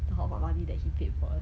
the hotpot money that he paid for us